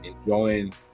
enjoying